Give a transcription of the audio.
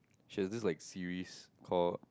she has this like series called